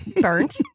Burnt